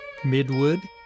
Midwood